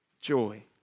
joy